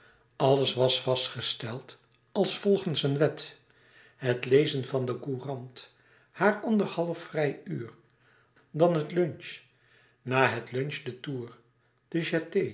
alles was vastgesteld als volgens een wet het lezen van de courant haar anderhalf vrij uur dan het lunch na het lunch de toer